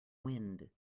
wind